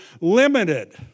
limited